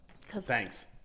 Thanks